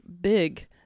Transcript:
big